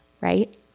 right